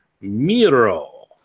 Miro